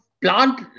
plant